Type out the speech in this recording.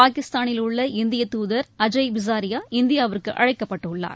பாகிஸ்தானில் உள்ள இந்திய துதர் அஜய் பிசாரியா இந்தியாவிற்கு அழைக்கப்பட்டுள்ளார்